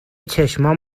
چشمام